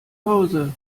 hause